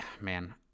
man